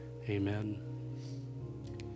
Amen